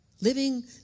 living